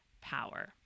power